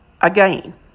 again